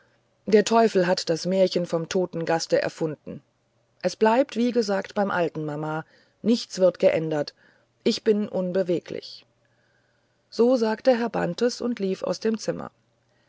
der teufel hat das märchen vom toten gaste erfunden es bleibt wie gesagt beim alten mama nichts wird geändert ich bin unbeweglich so sagte herr bantes und lief aus dem zimmer